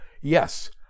Yes